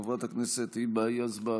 חברת הכנסת היבה יזבק,